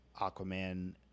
Aquaman